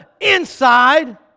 inside